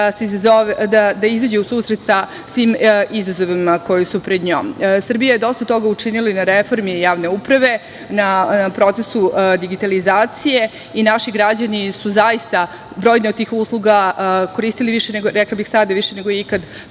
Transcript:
da izađe u susret sa svim izazovima koji su pred njom. Srbija je dosta toga učinila i na reformi javne uprave, na procesu digitalizacije i naši građani su zaista brojne od tih usluga koristili više nego ikad tokom pandemije virusa Kovid